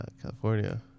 California